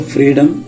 Freedom